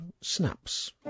Snaps